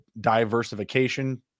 diversification